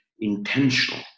intentional